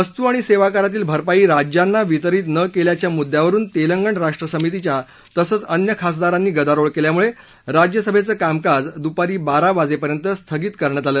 वस्तू आणि सेवाकरातील भरपाई राज्यांना वितरित न केल्याच्या मुद्यावरुन तेलगण राष्ट्र समितीच्या तसंच अन्य खासदारांनी गदारोळ केल्यामुळे राज्यसभेचं कामकाज दुपारी बारा वाजेपर्यंत स्थगित करण्यात आलं